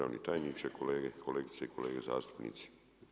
tajniče, kolegice i kolege zastupnici.